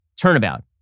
turnabout